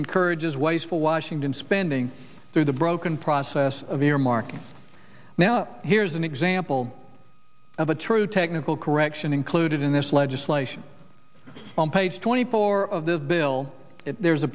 encourages wasteful washington spending through the broken process of earmarking now here's an example of a true technical correction included in this legislation on page twenty four of the bill there